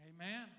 Amen